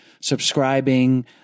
subscribing